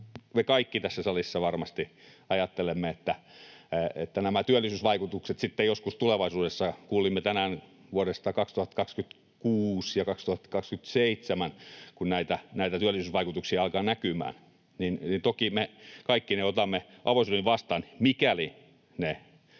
me kaikki tässä salissa varmasti ajattelemme, että nämä työllisyysvaikutukset sitten joskus tulevaisuudessa — kuulimme tänään vuodesta 2026 ja 2027, kun näitä työllisyysvaikutuksia alkaa näkymään — toki otamme kaikki avosylin vastaan, mikäli ne